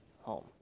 home